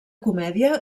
comèdia